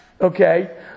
Okay